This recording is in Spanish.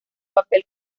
papel